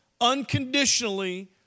unconditionally